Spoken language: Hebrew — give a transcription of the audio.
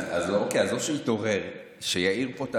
אז או שהוא יתעורר ושיעיר פה,